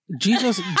Jesus